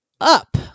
up